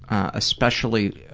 especially